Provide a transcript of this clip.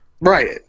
Right